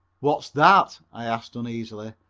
what's that? i asked uneasily.